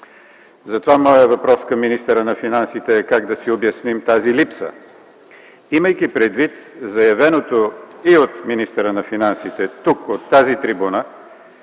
Затова моят въпрос към министъра на финансите е: как да си обясним тази липса? Имайки предвид заявеното и от министъра на финансите тук, от тази трибуна,